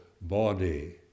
body